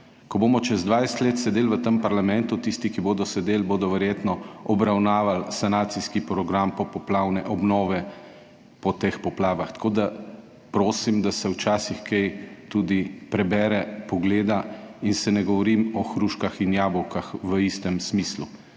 Ko bomo čez 20 let sedeli v tem parlamentu, tisti, ki bodo sedeli, bodo verjetno obravnavali sanacijski program popoplavne obnove po teh poplavah. Tako da prosim, da se včasih kaj tudi prebere, pogleda in se ne govori o hruškah in jabolkih v istem smislu.